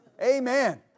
Amen